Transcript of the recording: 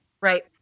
right